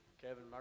Kevin